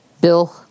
Bill